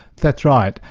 that's right,